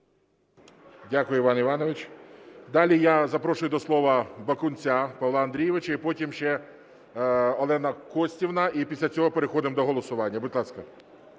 Дякую, Іван Іванович. Далі я запрошую до слова Бакунця Павла Андрійовича. І потім ще Олена Костівна. І після цього переходимо до голосування. Будь ласка.